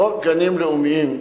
חוק גנים לאומיים,